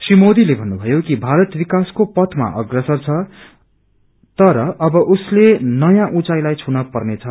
श्री मोदीले भन्नुभयो कि भारत विकासको पथमा अग्रसर छ तर अब उसले नयाँ उचाँईलाई छुन पर्नेछ